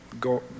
go